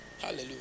Hallelujah